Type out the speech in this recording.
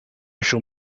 shall